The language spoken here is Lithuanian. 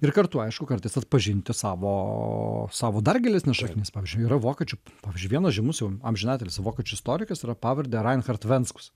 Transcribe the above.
ir kartu aišku kartais atpažinti savo savo dar gilesnes šaknis pavyzdžiui yra vokiečių pavyzdžiui vienas žymus jau amžinatilsį vokiečių istorikas yra pavarde reinhard venckus